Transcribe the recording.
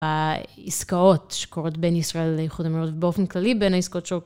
העסקאות שקורות בין ישראל לאיכות המרות ובאופן כללי בין העסקאות